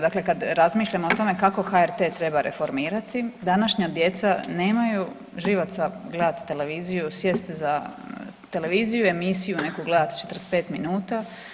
Dakle, kad razmišljamo o tome kako HRT treba reformirati današnja djeca nemaju živaca gledati televiziju, sjest za televiziju i emisiju neku gledati 45 minuta.